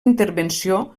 intervenció